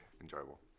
enjoyable